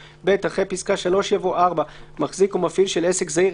התשנ"ב 1992"; (ב)אחרי פסקה (3) יבוא: "(4)מחזיק או מפעיל של עסק זעיר,